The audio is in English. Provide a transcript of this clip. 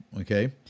okay